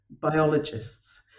biologists